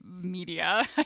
media